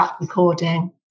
recording